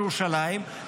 ירושלים,